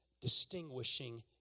distinguishing